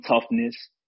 toughness